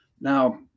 Now